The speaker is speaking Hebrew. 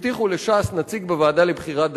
הבטיחו לש"ס נציג בוועדה לבחירת דיינים,